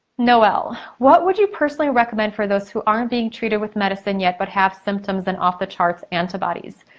noelle, what would you personally recommend for those who aren't being treated with medicine yet but have symptoms and off the charts antibodies?